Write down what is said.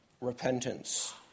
repentance